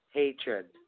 hatred